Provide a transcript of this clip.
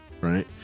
right